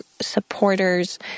supporters